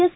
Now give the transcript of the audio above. S